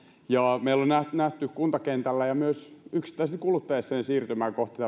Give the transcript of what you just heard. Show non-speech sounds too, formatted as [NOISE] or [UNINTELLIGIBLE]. meillä on nähty nähty kuntakentällä ja myös yksittäisissä kuluttajissa siirtymää kohti [UNINTELLIGIBLE]